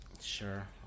Sure